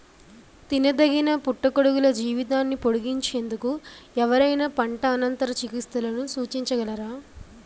తినదగిన పుట్టగొడుగుల జీవితాన్ని పొడిగించేందుకు ఎవరైనా పంట అనంతర చికిత్సలను సూచించగలరా?